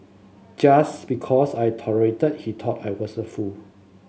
just because I tolerated he thought I was a fool